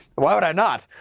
why would i not?